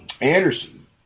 Anderson